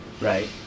Right